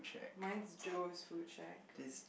mine's Joe's full check